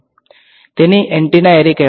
તેથી તેને antenna array કહેવામાં આવે છે